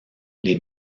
les